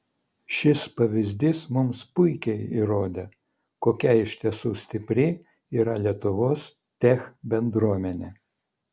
šis pavyzdys mums puikiai įrodė kokia iš tiesų stipri yra lietuvos tech bendruomenė